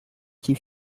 keep